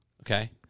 Okay